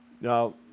Now